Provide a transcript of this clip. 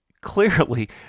clearly